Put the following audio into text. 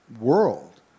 world